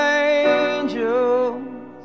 angels